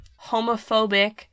homophobic